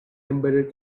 embedded